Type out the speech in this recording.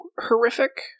horrific